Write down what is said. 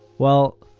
well,